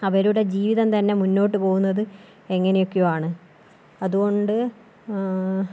അവരുടെ ജീവിതം തന്നെ മുൻപോട്ട് പോകുന്നത് എങ്ങനെയൊക്കെയോ ആണ് അതുകൊണ്ട്